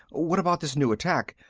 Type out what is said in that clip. what about this new attack?